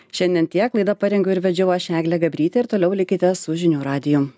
šiandien tiek laidą parengiau ir vedžiau aš eglė gabrytė ir toliau likite su žinių radiju